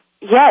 yes